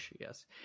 yes